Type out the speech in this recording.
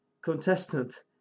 contestant